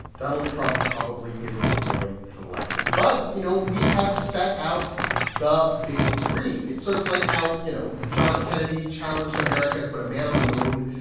donald trump probably isn't going to like this. but, you know, we have set out the big dream. it's sort of like how, you know, john f. kennedy challenged america to put a man on the moon.